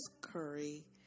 Curry